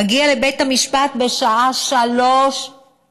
מגיע לבית המשפט בשעה 15:00,